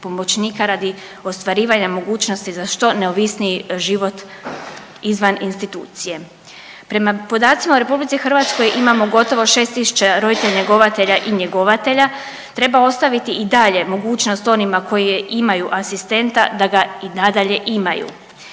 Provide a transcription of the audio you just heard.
radi ostvarivanja mogućnosti za što neovisniji život izvan institucije. Prema podacima u Republici Hrvatskoj imamo gotovo 6000 roditelja njegovatelja i njegovatelja. Treba ostaviti i dalje mogućnost onima koji je imaju asistenta, da ga i nadalje imaju.